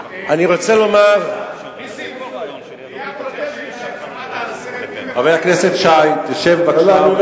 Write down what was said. על הסרט "מי מפחד, חבר הכנסת שי, שב בבקשה.